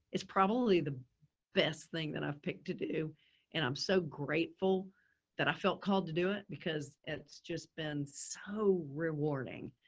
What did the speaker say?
it's probably the best thing that i've picked to do and i'm so grateful that i felt called to do it because it's just been so rewarding.